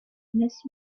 mrs